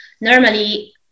normally